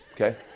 Okay